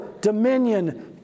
dominion